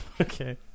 Okay